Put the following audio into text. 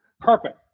Perfect